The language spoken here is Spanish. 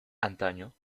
antaño